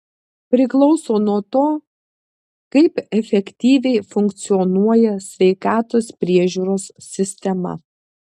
priklauso nuo to kaip efektyviai funkcionuoja sveikatos priežiūros sistema